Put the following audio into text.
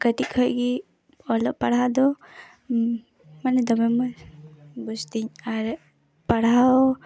ᱠᱟᱹᱴᱤᱡ ᱠᱷᱚᱱ ᱜᱮ ᱚᱞᱚᱜ ᱯᱟᱲᱦᱟᱜ ᱫᱚ ᱢᱟᱱᱮ ᱫᱚᱢᱮ ᱢᱚᱡᱽ ᱵᱩᱡᱽᱛᱤᱧ ᱟᱨ ᱯᱟᱲᱦᱟᱣ